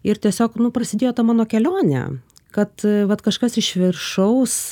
ir tiesiog nu prasidėjo ta mano kelionė kad vat kažkas iš viršaus